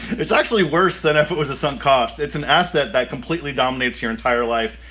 it's actually worse than if it was a sunk cost. it's an asset that completely dominates your entire life.